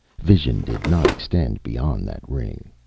vision did not extend beyond that ring.